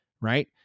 right